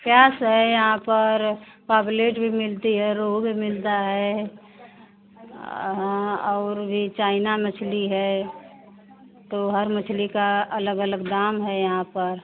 पयास यहाँ पर पापलेट मिलती है रोहू भी मिलता है हाँ और भी चाइना मछली है तो हर मछली का अलग अलग दाम है यहाँ पर